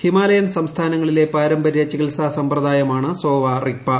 Himalayan സംസ്ഥാനങ്ങളിലെ പാരമ്പരൃ ചികിത്സാ സമ്പ്രദായമാണ് സോവ റിഗ്പാ